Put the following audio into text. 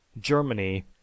Germany